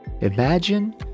Imagine